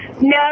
No